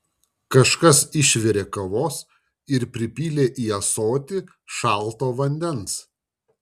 kažkas išvirė kavos ir pripylė į ąsotį šalto vandens